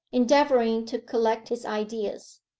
endeavouring to collect his ideas.